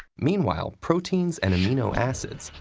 meanwhile, proteins and amino acids,